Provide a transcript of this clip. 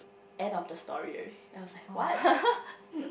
end of the story already I was like what